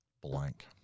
Blank